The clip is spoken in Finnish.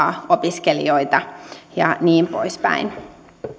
opiskelijoita ja niin poispäin